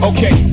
Okay